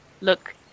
look